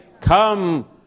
Come